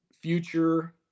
future